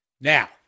Now